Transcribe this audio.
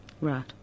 Right